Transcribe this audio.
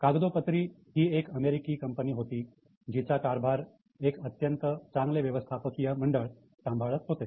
कागदोपत्री ही एक अमेरिकन कंपनी होती जीचा कारभार एक अत्यंत चांगले व्यवस्थापकीय मंडळ सांभाळत होतं